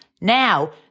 Now